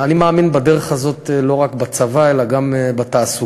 אני מאמין בדרך הזאת לא רק בצבא, אלא גם בתעסוקה.